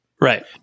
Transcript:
Right